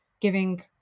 giving